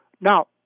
Now